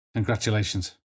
Congratulations